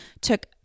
took